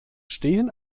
stehen